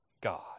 God